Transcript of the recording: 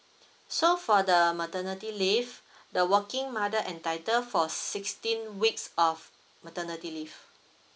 so for the maternity leave the working mother entitled for sixteen weeks of maternity leave